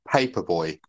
Paperboy